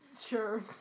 Sure